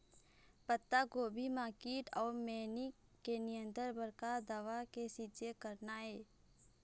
पत्तागोभी म कीट अऊ मैनी के नियंत्रण बर का दवा के छींचे करना ये?